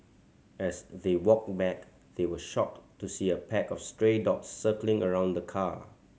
as they walked back they were shocked to see a pack of stray dogs circling around the car